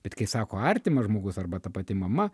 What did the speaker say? bet kai sako artimas žmogus arba ta pati mama